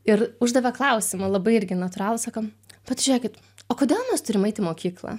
ir uždavė klausimą labai irgi natūralų sako vat žėkit o kodėl mes turim eiti į mokyklą